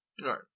right